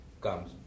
comes